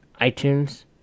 iTunes